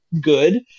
good